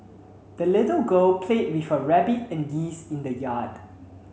the little girl played with her rabbit and geese in the yard